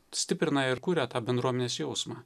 stiprina ir kuria tą bendruomenės jausmą